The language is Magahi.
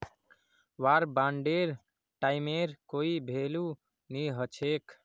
वार बांडेर टाइमेर कोई भेलू नी हछेक